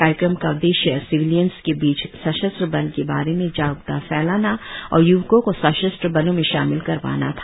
कार्यक्रम का उद्देश्य सिविलियन्स के बीच सशस्त्र बल के बारे में जाग़रुकता फैलाना और य्वकों को सशस्त्र बलों में शामिल करवाना था